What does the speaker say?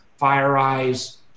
FireEye's